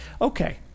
Okay